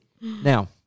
Now